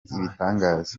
ibitangaza